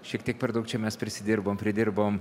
šiek tiek per daug čia mes prisidirbom pridirbom